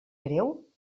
greu